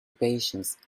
patience